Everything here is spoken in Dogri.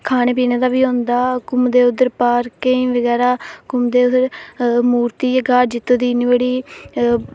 खाने पीने दा बी होंदा घूमदे उद्धऱ पार्कें ई बगैरा मूर्ति ऐ ग्हार जित्तो दी इन्नी बड़ी